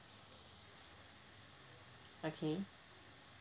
okay